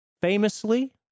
famously